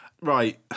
Right